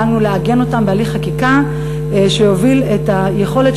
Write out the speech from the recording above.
דאגנו לעגן אותם בהליך חקיקה שיוביל את היכולת